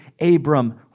abram